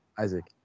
Isaac